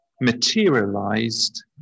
materialized